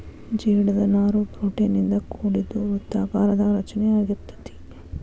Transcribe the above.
ಜೇಡದ ನಾರು ಪ್ರೋಟೇನ್ ಇಂದ ಕೋಡಿದ್ದು ವೃತ್ತಾಕಾರದಾಗ ರಚನೆ ಅಗಿರತತಿ